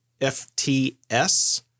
FTS